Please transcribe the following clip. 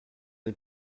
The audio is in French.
les